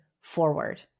forward